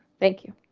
thank you